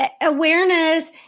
awareness